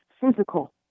physical